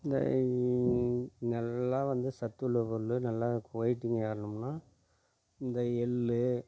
இந்த நல்லா வந்து சத்துள்ள பொருள் நல்லா குவைட்டிங் ஏறணும்னா இந்த எள்ளு